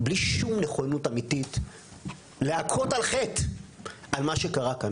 בלי שום נכונות אמיתית להכות על חטא על מה שקרה כאן.